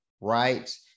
right